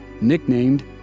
nicknamed